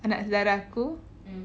anak saudara aku